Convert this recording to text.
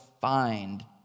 find